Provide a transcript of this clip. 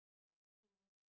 and pins